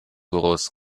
groß